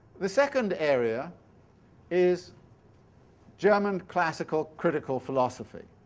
the second area is german classical critical philosophy,